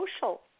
social